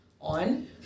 on